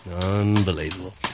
Unbelievable